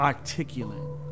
Articulate